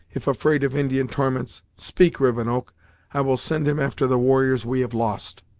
if afraid of indian torments, speak, rivenoak i will send him after the warriors we have lost.